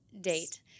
Date